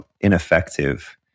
ineffective